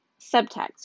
subtext